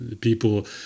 people